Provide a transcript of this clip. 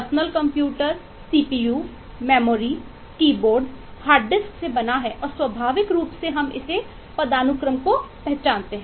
personal computer से बना है और स्वाभाविक रूप से हम इस पदानुक्रम को पहचानते हैं